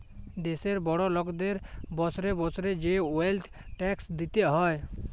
দ্যাশের বড় লকদের বসরে বসরে যে ওয়েলথ ট্যাক্স দিতে হ্যয়